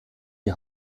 die